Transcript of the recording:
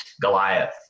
Goliath